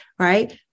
right